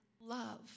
love